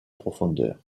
profondeur